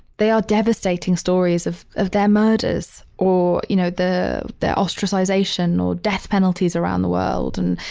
they are devastating stories of of their murders or, you know, the their ostracization or death penalties around the world and,